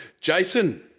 Jason